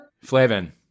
flavin